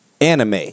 anime